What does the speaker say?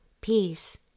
peace